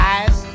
Eyes